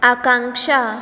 आकांक्षा